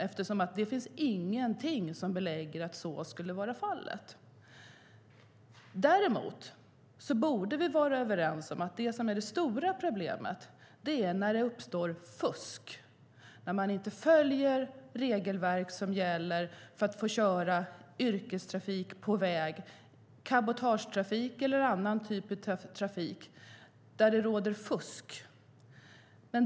Det finns nämligen inga belägg för att så skulle vara fallet. Däremot borde vi vara överens om att det stora problemet är när det uppstår fusk, när man inte följer regelverk som gäller för att få köra yrkestrafik på väg. Det är cabotagetrafik eller annan trafik där det förekommer fusk.